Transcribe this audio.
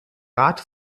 rat